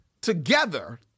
together